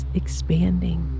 expanding